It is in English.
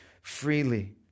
freely